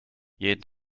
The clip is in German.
jeden